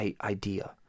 idea